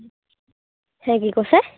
হা কি কৈছে